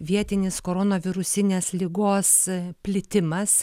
vietinis koronavirusinės ligos plitimas